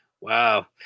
Wow